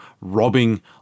robbing